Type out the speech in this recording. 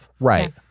Right